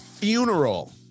funeral